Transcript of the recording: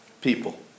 people